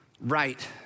right